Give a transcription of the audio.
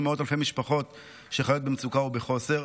מאות אלפי משפחות שחיות במצוקה ובחוסר.